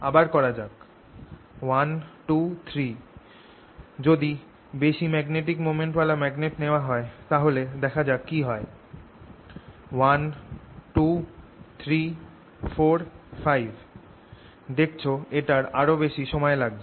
আবার করা যাক 1 2 3 যদি বেশি ম্যাগনেটিক মোমেন্ট ওয়ালা ম্যাগনেট নেওয়া হয় তাহলে দেখা যাক কি হয় 1 2 3 4 5 দেখছ এটার আরও বেশি সময় লাগছে